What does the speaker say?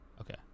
Okay